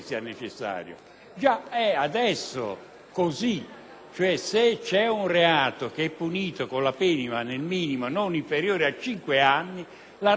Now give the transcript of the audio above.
se un reato è punito con la pena nel minimo non inferiore a cinque anni, l'arresto è obbligatorio. Per la violenza sessuale,